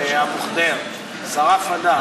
ואבו ח'דיר, שרף אדם, שרף.